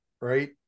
right